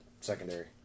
secondary